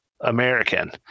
American